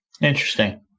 Interesting